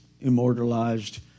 immortalized